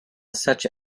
such